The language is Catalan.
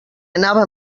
anava